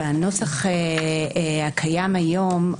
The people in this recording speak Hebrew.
בנוסח הקיים היום,